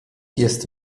jest